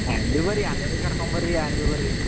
Sunday ಬರಿ ಎಲ್ಲೊರಿಗ ಕರ್ಕೊಂಬರಿ ಯಾನ್ ಬಿ ಬರ್ರಿ